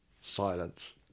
silence